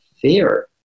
fear